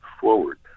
forward